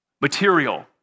material